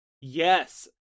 yes